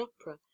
opera